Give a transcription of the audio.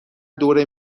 دور